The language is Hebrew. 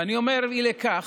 ואני אומר, אי לכך,